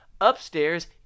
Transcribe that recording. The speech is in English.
upstairs